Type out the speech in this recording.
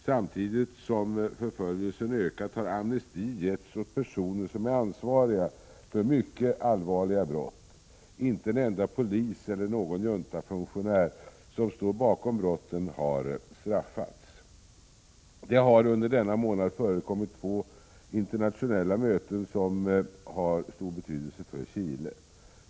Samtidigt som förföljelsen ökat har amnesti getts åt personer som är ansvariga för mycket allvarliga brott. Inte en enda polis eller någon juntafunktionär, som står bakom brotten, har straffats. Det har under denna månad förekommit två internationella möten, som har stor betydelse för Chile.